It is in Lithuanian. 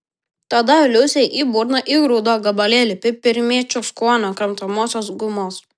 tada liusei į burną įgrūdo gabalėlį pipirmėčių skonio kramtomosios gumos